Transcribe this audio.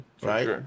right